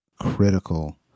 critical